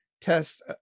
test